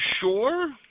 sure